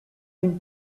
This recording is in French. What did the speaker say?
une